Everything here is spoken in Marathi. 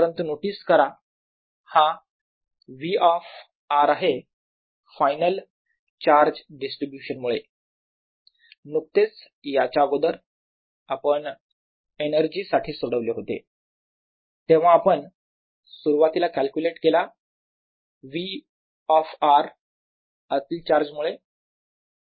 परंतु नोटीस करा हा V ऑफ r आहे फायनल चार्ज डिस्ट्रीब्यूशन मुळे नुकतेच याच्या अगोदर आपण एनर्जी साठी सोडवले होते तेव्हा आपण सुरुवातीला कॅल्क्युलेट केला V ऑफ r आतील चार्ज मुळे